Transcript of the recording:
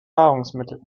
nahrungsmittel